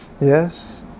Yes